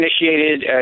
initiated